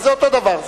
אז זה אותו דבר.